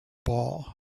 ball